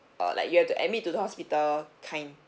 uh like you have to admit to the hospital kind